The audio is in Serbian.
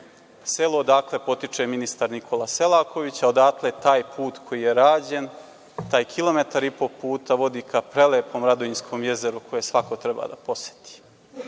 selu odakle potiče ministar Nikola Selaković, a odatle je taj put koji je rađen, taj kilometar i po puta vodi ka prelepom Radoinskom jezeru, koje svako treba da poseti. Sada,